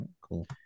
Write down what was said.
cool